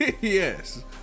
Yes